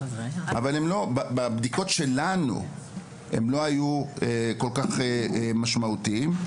אבל בבדיקות שלנו הם לא היו כל כך משמעותיים.